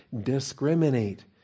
discriminate